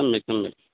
सम्यक् सम्यक्